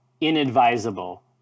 inadvisable